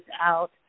out